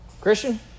Christian